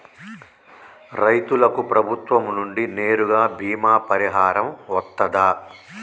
రైతులకు ప్రభుత్వం నుండి నేరుగా బీమా పరిహారం వత్తదా?